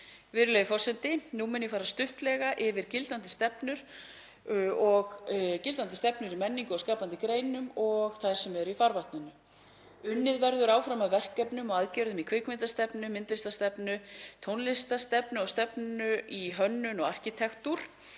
Virðulegur forseti. Nú mun ég fara stuttlega yfir gildandi stefnur í menningu og skapandi greinum og þær sem eru í farvatninu. Unnið verður áfram að verkefnum og aðgerðum í kvikmyndastefnu, myndlistarstefnu, tónlistarstefnu og stefnu í hönnun og arkitektúr.